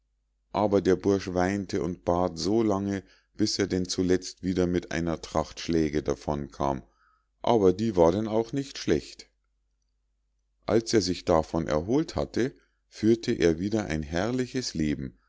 aber der bursch weinte und bat so lange bis er denn zuletzt wieder mit einer tracht schläge davon kam aber die war denn auch nicht schlecht als er sich davon erholt hatte führte er wieder ein herrliches leben